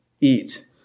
Eat